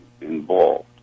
involved